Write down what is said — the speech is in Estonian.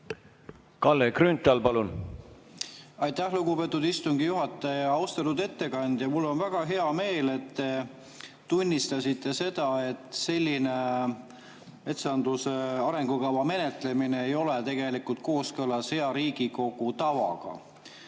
Kalle Grünthal, palun! Aitäh, lugupeetud istungi juhataja! Austatud ettekandja! Mul on väga hea meel, et te tunnistasite seda, et selline metsanduse arengukava menetlemine ei ole kooskõlas Riigikogu hea tavaga.